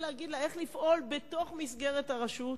להגיד לה איך לפעול בתוך מסגרת הרשות,